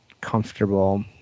comfortable